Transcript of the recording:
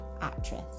actress